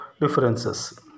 differences